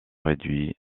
réduits